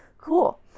Cool